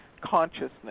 consciousness